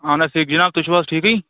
اہن حظ ٹھیٖک جِناب تُہۍ چھِو حظ ٹھیٖکٕے